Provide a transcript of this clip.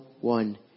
one